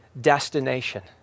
destination